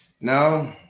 No